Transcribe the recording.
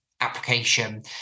application